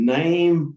name